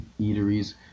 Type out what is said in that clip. eateries